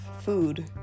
food